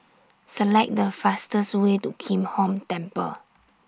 Select The fastest Way to Kim Hong Temple